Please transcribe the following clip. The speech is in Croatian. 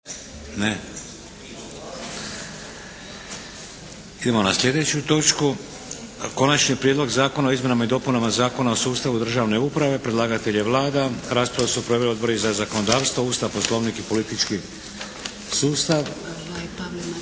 Idemo na slijedeću točku - Konačni prijedlog Zakona o izmjenama i dopunama Zakona o sustavu državne uprave, drugo čitanje P.Z. br. 658; Predlagatelj je Vlada. Raspravu su proveli Odbori za zakonodavstvo, Ustav, Poslovnik i politički sustav. Pavle Matičić,